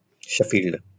Sheffield